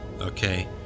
okay